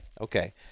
Okay